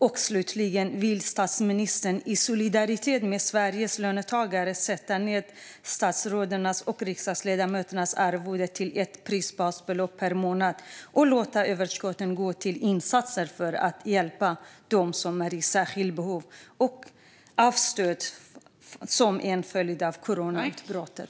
Och slutligen: Vill statsministern i solidaritet med Sveriges löntagare sätta ned statsrådens och riksdagsledamöternas arvode till ett prisbasbelopp per månad och låta överskottet gå till insatser för att hjälpa dem som är i särskilt behov av stöd till följd av coronautbrottet?